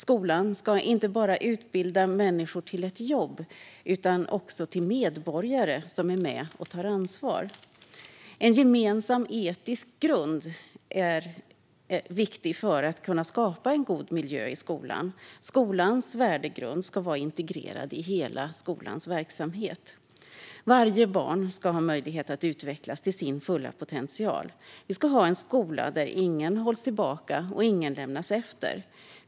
Skolan ska inte bara utbilda människor till att kunna ta ett jobb utan också till medborgare som är med och tar ansvar. En gemensam etisk grund är viktig för att skapa en god miljö i skolan. Skolans värdegrund ska vara integrerad i hela skolans verksamhet. Varje barn ska ha möjlighet att utveckla sin fulla potential. Vi ska ha en skola där ingen hålls tillbaka och ingen lämnas efter.